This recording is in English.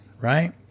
right